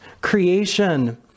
creation